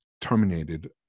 terminated